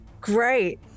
Great